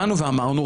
באנו ואמרנו,